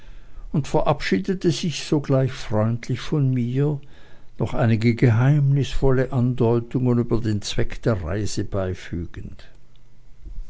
und verabschiedete sich zugleich freundlich von mir noch einige geheimnisvolle andeutungen über den zweck der reise beifügend